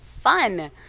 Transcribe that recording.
fun